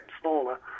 smaller